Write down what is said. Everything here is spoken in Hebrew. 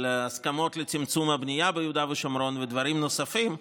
על הסכמות לצמצום הבנייה ביהודה ושומרון ודברים נוספים,